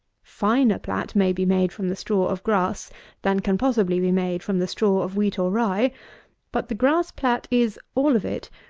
finer plat may be made from the straw of grass than can possibly be made from the straw of wheat or rye but the grass plat is, all of it,